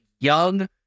young